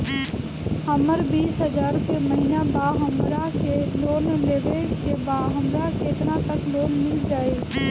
हमर बिस हजार के महिना बा हमरा के लोन लेबे के बा हमरा केतना तक लोन मिल जाई?